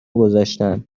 گذاشتم